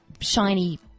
shiny –